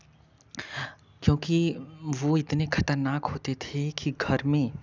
क्योंकि वह इतने खतरनाक होते थे कि घर में